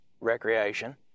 recreation